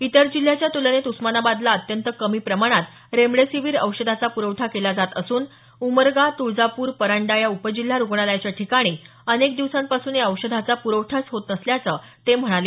इतर जिल्ह्याच्या तुलनेत उस्मानाबादला अत्यंत कमी प्रमाणात रेमिडिसिव्हर औषधाचा प्रवठा केला जात असून उमरगा तुळजापूर परांडा या उपजिल्हा रुग्णालयाच्या ठिकाणी अनेक दिवसांपासून या औषधाचा प्रवठाच होत नसल्याचं ते म्हणाले